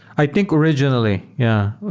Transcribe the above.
i think, originally. yeah.